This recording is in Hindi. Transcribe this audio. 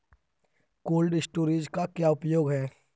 कोल्ड स्टोरेज का क्या उपयोग है?